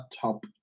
top